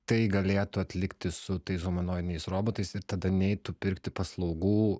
tai galėtų atlikti su tais humanoidiniais robotais ir tada neitų pirkti paslaugų